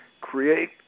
create